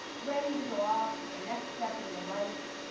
ready to go off to the next step in your life,